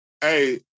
Hey